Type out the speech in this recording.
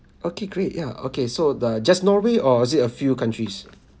okay great ya okay so the just norway or is it a few countries